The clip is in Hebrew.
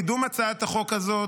קידום הצעת החוק הזאת,